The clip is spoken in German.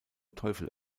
teufel